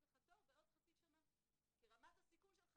יש לך תור בעוד חצי שנה כי רמת הסיכון שלך